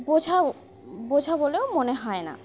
বোঝা বোঝা বলেও মনে হয় না